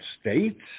States